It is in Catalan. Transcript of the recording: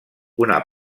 una